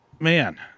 Man